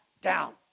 down